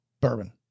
bourbon